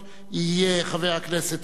חבר הכנסת טלב אלסאנע,